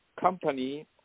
company